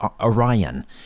Orion